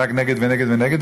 ורק נגד ונגד ונגד.